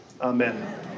Amen